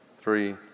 three